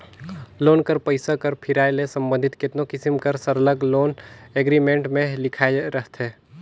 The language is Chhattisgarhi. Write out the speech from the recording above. लोन कर पइसा कर फिराए ले संबंधित केतनो किसिम कर सरल लोन एग्रीमेंट में लिखाए रहथे